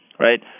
right